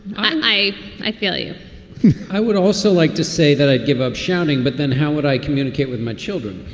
i i feel you i would also like to say that i'd give up shouting. but then how would i communicate with my children?